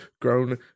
grown